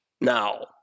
Now